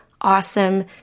awesome